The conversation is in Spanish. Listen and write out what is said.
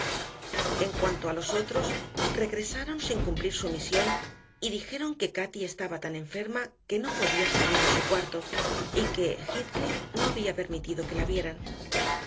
en cuanto a los otros regresaron sin cumplir su misión y dijeron que cati estaba tan enferma que no podía salir de su cuarto y que heathcliff no había permitido que la vieran